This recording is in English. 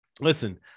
Listen